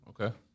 Okay